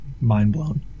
mind-blown